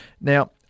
Now